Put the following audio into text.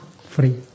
free